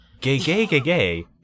gay-gay-gay-gay